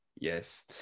yes